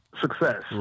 success